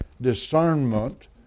discernment